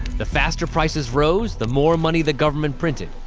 the faster prices rose, the more money the government printed,